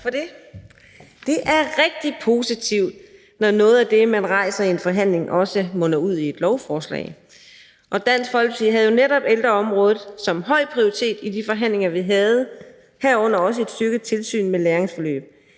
Det er rigtig positivt, når noget af det, man rejser i en forhandling, også munder ud i et lovforslag, og Dansk Folkeparti havde jo netop ældreområdet som høj prioritet i de forhandlinger, vi havde, herunder også et styrket tilsyn med læringsforløb.